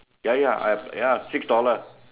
ya ya I ya six dollar